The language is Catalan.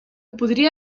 podria